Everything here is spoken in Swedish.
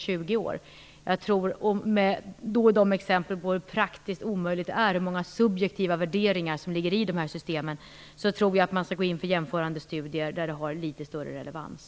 Med tanke på de exempel vi har på hur praktiskt omöjligt det är och hur många subjektiva värderingar som ligger i de systemen, bör man gå in för jämförande studier med litet större relevans.